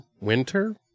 winter